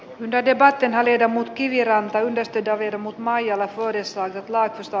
wrede varten hänen ja muut kiviranta ylisti ja viedä mut maijala tuodessaan laitosta